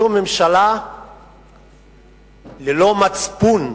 זו ממשלה ללא מצפון.